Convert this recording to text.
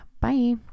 Bye